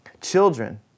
Children